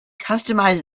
customize